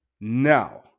now